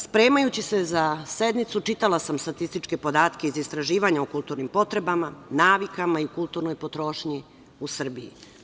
Spremajući se za sednicu, čitala sam statističke podatke iz istraživanja o kulturnim potrebama, navikama i kulturnoj potrošnji u Srbiji.